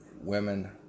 Women